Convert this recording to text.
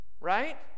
Right